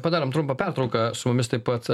padarom trumpą pertrauką su mumis taip pat